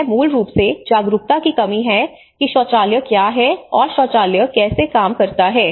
यह मूल रूप से जागरूकता की कमी है कि शौचालय क्या है और शौचालय कैसे काम करता है